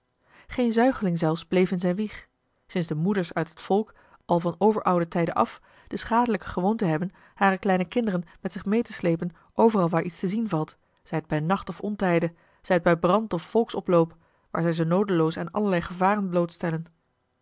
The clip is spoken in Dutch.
geen zuigeling zelfs bleef in zijne wieg sinds de moeders uit het volk al van overoude tijden af de schandelijke gewoonte hebben hare kleine kinderen met zich meê te sleepen overal waar iets te zien valt zij t bij nacht of ontijde zij t bij brand of volksoploop waar zij ze noodeloos aan allerlei gevaren